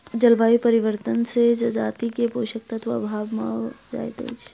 जलवायु परिवर्तन से जजाति के पोषक तत्वक अभाव भ जाइत अछि